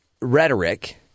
rhetoric